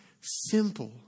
simple